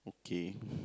okay